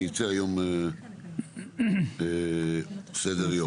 ייצא היום סדר-יום.